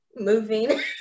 moving